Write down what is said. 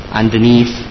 underneath